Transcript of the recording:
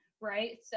Right